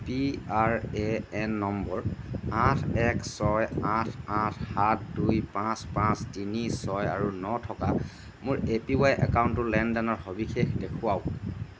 P R A N number আঠ এক ছয় আঠ আঠ সাত দুই পাঁচ পাঁচ তিনি ছয় আৰু ন থকা মোৰ এ পি ৱাই একাউণ্টটোৰ লেনদেনৰ সবিশেষ দেখুৱাওক